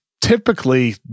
typically